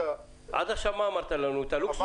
עד עכשיו מה אמרת לנו, את הלוקסוס?